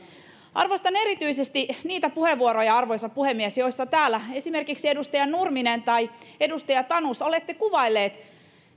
arvostan erityisesti niitä puheenvuoroja arvoisa puhemies esimerkiksi edustaja nurminen tai edustaja tanus joissa olette kuvailleet